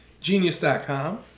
Genius.com